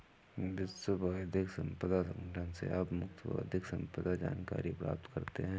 विश्व बौद्धिक संपदा संगठन से आप मुफ्त बौद्धिक संपदा जानकारी प्राप्त करते हैं